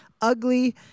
Ugly